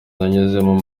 nanyuzemo